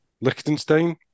Liechtenstein